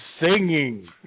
singing